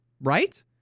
right